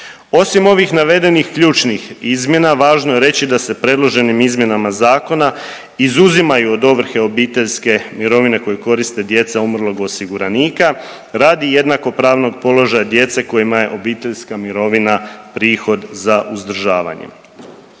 Osim ovih navedenih ključnih izmjena važno je reći da se predloženim izmjenama zakona izuzimaju od ovrhe obiteljske mirovine koje koriste djeca umrlog osiguranika radi jednakopravnog položaja djece kojima je obiteljska mirovina prihod za uzdržavanje.